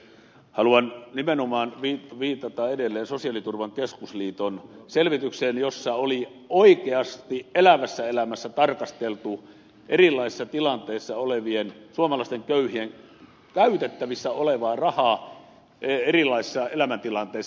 haluan nimenomaan viitata edelleen sosiaali ja terveysturvan keskusliiton selvitykseen jossa oli oikeasti elävässä elämässä tarkasteltu erilaisissa tilanteissa olevien suomalaisten köyhien käytettävissä olevaa rahaa erilaisissa elämäntilanteissa